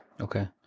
Okay